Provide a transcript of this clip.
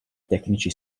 tecnici